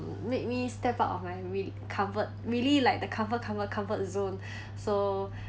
it made me step out of my reall~ comfort really like the comfort comfort comfort zone so